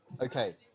Okay